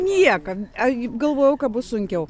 niekan ai galvojau ką bus sunkiau